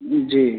जी